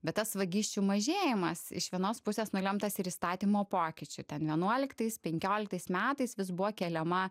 bet tas vagysčių mažėjimas iš vienos pusės nulemtas ir įstatymo pokyčių ten vienuoliktais penkioliktais metais vis buvo keliama